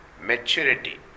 maturity